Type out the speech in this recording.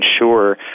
ensure